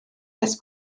nes